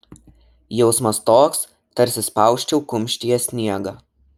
jausmas toks tarsi spausčiau kumštyje sniegą